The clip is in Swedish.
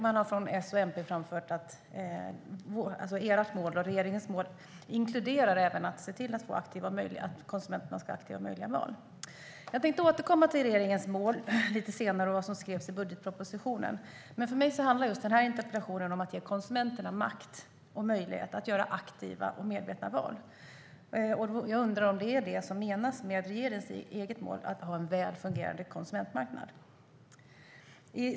Man har från S och MP framfört att regeringens mål inkluderar även att se till att konsumenterna ska ha möjlighet till aktiva val. Jag tänker återkomma till regeringens mål lite senare och vad som skrevs i budgetpropositionen. För mig handlar interpellationen om att ge konsumenterna makt och möjlighet att göra aktiva och medvetna val. Jag undrar om det är vad som menas med regeringens eget mål att ha en väl fungerande konsumentmarknad.